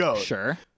sure